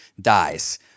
dies